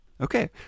Okay